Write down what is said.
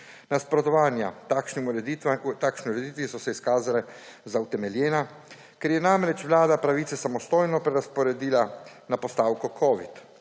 Nasprotovanja takšni ureditvi so se izkazala za utemeljena, ker je namreč Vlada pravice samostojno prerazporedila na postavko covid,